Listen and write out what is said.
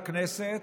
וחברי הכנסת,